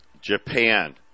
Japan